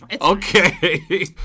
Okay